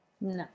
No